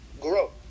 grow